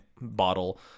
bottle